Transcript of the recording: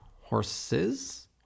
horses